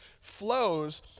flows